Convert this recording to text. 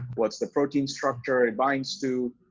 what's the protein structure it binds to,